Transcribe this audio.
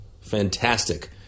Fantastic